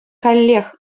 каллех